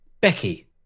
Becky